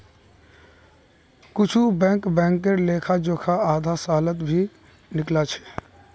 कुछु बैंक बैंकेर लेखा जोखा आधा सालत भी निकला छ